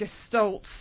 gestalt